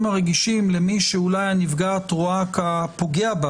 הרגישים למי שאולי הנפגעת רואה כפוגע בה